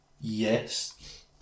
Yes